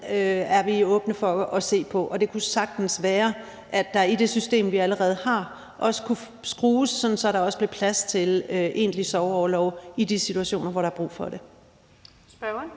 er vi åbne for at se på, og det kunne sagtens være, at der i det system, vi allerede har, kunne skrues på noget, så der også blev plads til egentlig sorgorlov i de situationer, hvor der er brug for det.